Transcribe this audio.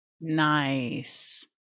Nice